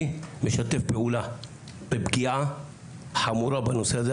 משתף פעולה בפגיעה חמורה בנושא הזה.